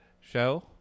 show